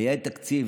לְיעֵד תקציב,